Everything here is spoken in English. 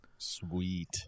sweet